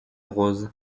rose